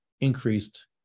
increased